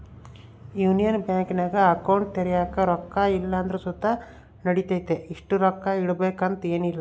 union ಬ್ಯಾಂಕಿನಾಗ account ತೆರ್ಯಾಕ ರೊಕ್ಕ ಇಲ್ಲಂದ್ರ ಸುತ ನಡಿತತೆ, ಇಷ್ಟು ರೊಕ್ಕ ಇಡುಬಕಂತ ಏನಿಲ್ಲ